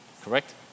correct